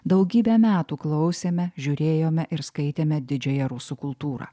daugybę metų klausėme žiūrėjome ir skaitėme didžiąją rusų kultūrą